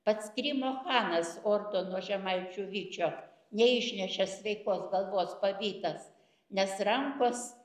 pats krymo chanas ordo nuo žemaičių vyčio neišnešė sveikos galvos pavytas nes rankos